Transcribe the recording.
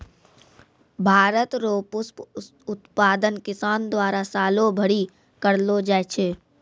भारत रो पुष्प उत्पादन किसान द्वारा सालो भरी करलो जाय छै